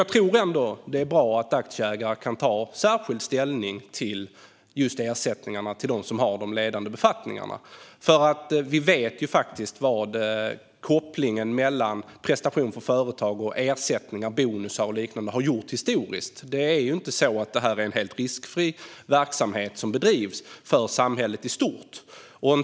Jag tror nämligen att det bra att aktieägare kan ta särskild ställning till just ersättningarna till dem som har de ledande befattningarna, eftersom vi vet vad kopplingen mellan prestation och ersättningar, bonusar och liknande har inneburit historiskt. Det här är ju inte en helt riskfri verksamhet som bedrivs för samhället i stort.